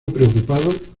preocupado